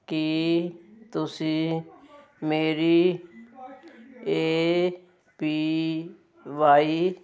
ਕੀ ਤੁਸੀਂ ਮੇਰੀ A P Y